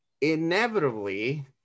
inevitably